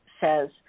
says